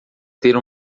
ter